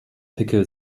pickel